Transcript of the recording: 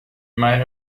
might